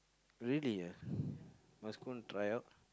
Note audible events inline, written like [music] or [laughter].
really ah [breath] must go and try out